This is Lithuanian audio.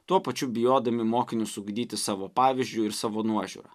tuo pačiu bijodami mokinius ugdyti savo pavyzdžiu ir savo nuožiūra